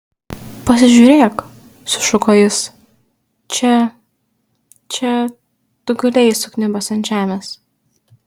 pasižiūrėk sušuko jis čia čia tu gulėjai sukniubęs ant žemės